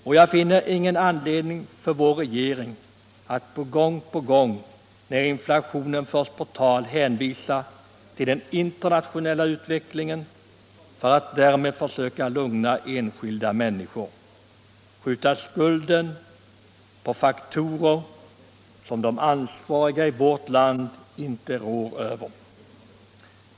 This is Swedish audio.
Och jag finner ingen anledning för vår regering att gång på gång när inflationen förs på tal hänvisa till den internationella utvecklingen för att därmed försöka lugna enskilda människor och skjuta skulden på faktorer som de ansvariga i vårt land inte rår över.